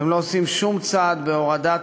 אתם לא עושים שום צעד להורדת